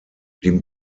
dem